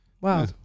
Wow